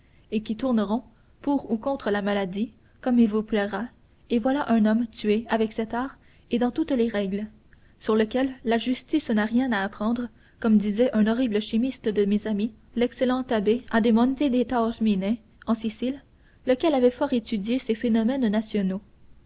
et qui tourneront pour ou contre la maladie comme il vous plaira et voilà un homme tué avec art et dans toutes les règles sur lequel la justice n'a rien à apprendre comme disait un horrible chimiste de mes amis l'excellent abbé ademonte de taormine en sicile lequel avait fort étudié ces phénomènes nationaux